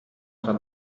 osa